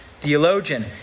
theologian